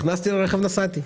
נסעתי.